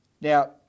Now